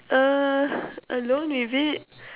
err alone with it